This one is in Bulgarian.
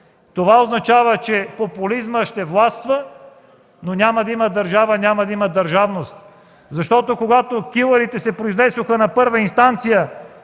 Това означава, че популизмът ще властва, но няма да има държава, няма да има държавност. Когато за „килърите” се произнесоха на първа инстанция